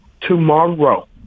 tomorrow